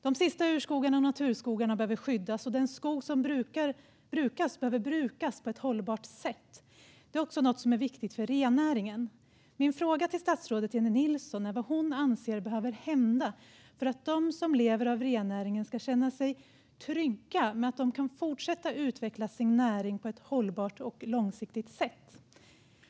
De sista urskogarna och naturskogarna behöver skyddas, och den skog som brukas behöver brukas på ett hållbart sätt. Det är också något som är viktigt för rennäringen. Min fråga till statsrådet Jennie Nilsson är vad hon anser behöver hända för att de som lever av rennäringen ska känna sig trygga med att de kan fortsätta att utveckla sin näring på ett hållbart och långsiktigt sätt.